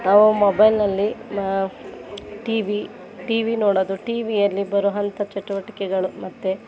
ನಾವು ಮೊಬೈಲ್ನಲ್ಲಿ ನಾನು ಟಿವಿ ಟಿವಿ ನೋಡೋದು ಟಿವಿಯಲ್ಲಿ ಬರುವಂಥ ಚಟುವಟಿಕೆಗಳು ಮತ್ತು